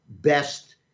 best